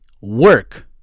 work